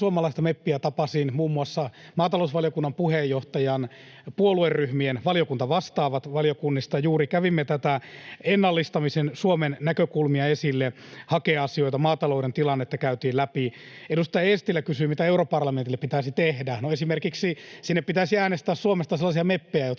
ei-suomalaista meppiä tapasin, muun muassa maatalousvaliokunnan puheenjohtajan, puolueryhmien valiokuntavastaavat valiokunnista. Juuri toimme tämän ennallistamisen osalta Suomen näkökulmia esille, hakeasioita, maatalouden tilannetta käytiin läpi. Edustaja Eestilä kysyi, mitä europarlamentille pitäisi tehdä. No, esimerkiksi sinne pitäisi äänestää Suomesta sellaisia meppejä,